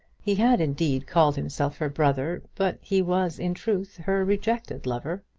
he had, indeed, called himself her brother, but he was in truth her rejected lover.